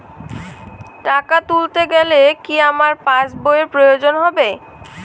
টাকা তুলতে গেলে কি আমার পাশ বইয়ের প্রয়োজন হবে?